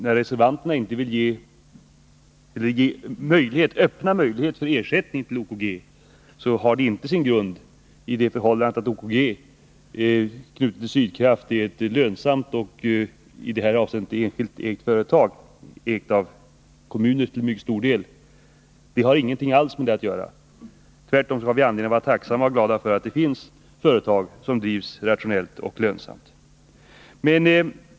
När reservanterna inte vill öppna möjligheten för ersättning till OKG, så har det inte sin grund i förhållandet att OKG, knutet till Sydkraft, är ett lönsamt företag som till mycket stor del ägs av kommuner. Tvärtom har vi anledning att vara tacksamma och glada för att det finns företag som drivs rationellt och lönsamt.